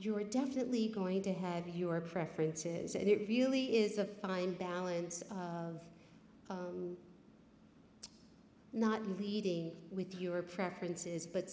you are definitely going to have your preferences and it really is a fine balance of not leading with your preferences but